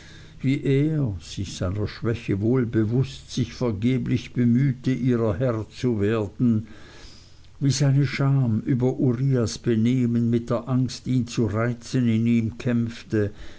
wie er sich seiner schwäche wohl bewußt sich vergeblich bemühte ihrer herr zu werden wie seine scham über uriahs benehmen mit der angst ihn zu reizen in ihm kämpfte